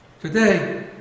Today